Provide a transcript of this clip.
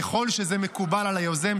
ככל שזה מקובל על היוזם,